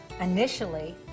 Initially